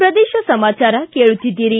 ಪ್ರದೇಶ ಸಮಾಚಾರ ಕೇಳುತ್ತಿದ್ದೀರಿ